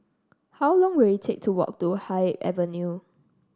how long will it take to walk to Haig Avenue